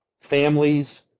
families